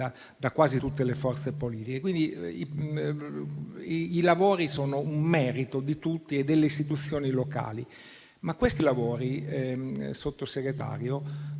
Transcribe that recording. da quasi tutte le forze politiche, quindi i lavori sono un merito di tutti e delle istituzioni locali. Tuttavia questi lavori, signora Sottosegretaria,